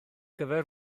gyfer